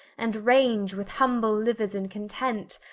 and range with humble liuers in content,